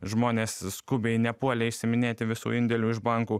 žmonės skubiai nepuolė išsiiminėti visų indėlių iš bankų